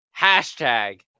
hashtag